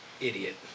idiot